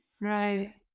Right